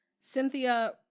Cynthia